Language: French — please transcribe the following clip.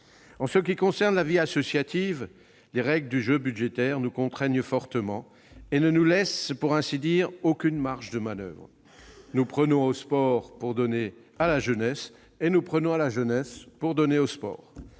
En ce qui concerne la vie associative, les règles du jeu budgétaire nous contraignent fortement et ne nous laissent, pour ainsi dire, aucune marge de manoeuvre. Nous prenons au sport pour donner à la jeunesse, et nous prenons à la jeunesse pour donner au sport